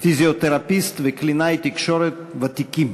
פיזיותרפיסט וקלינאי תקשורת ותיקים),